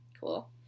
cool